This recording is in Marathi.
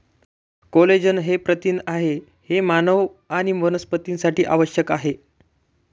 कोलेजन हे प्रथिन आहे जे मानव आणि वनस्पतींसाठी आवश्यक आहे